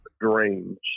dreams